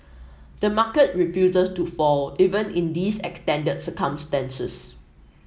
the market refuses to fall even in these extended circumstances